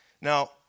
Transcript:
Now